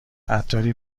عطاری